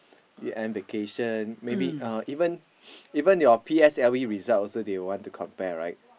year end vacation maybe uh even even your P_S_L_E results also they will want to compare right